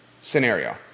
scenario